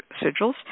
sigils